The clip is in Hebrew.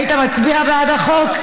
היית מצביע בעד החוק?